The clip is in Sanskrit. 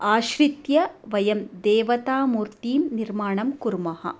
आश्रित्य वयं देवतामूर्तिनिर्माणं कुर्मः